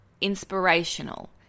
inspirational